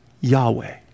Yahweh